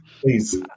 Please